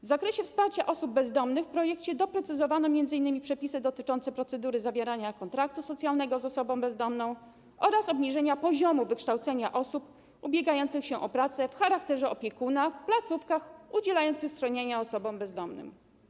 W zakresie wsparcia osób bezdomnych w projekcie doprecyzowano m.in. przepisy dotyczące procedury zawierania kontraktu socjalnego z osobą bezdomną oraz obniżenia poziomu wykształcenia osób ubiegających się o pracę w charakterze opiekuna w placówkach udzielających schronienia osobom bezdomnym.